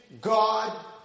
God